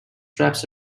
traps